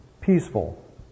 peaceful